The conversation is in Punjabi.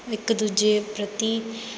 ਇੱਕ ਦੂਜੇ ਪ੍ਰਤੀ